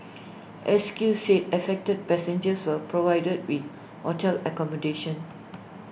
S Q said affected passengers were provided with hotel accommodation